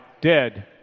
dead